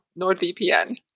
NordVPN